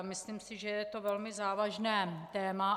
Myslím si, že je to velmi závažné téma.